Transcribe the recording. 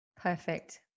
Perfect